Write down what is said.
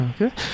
Okay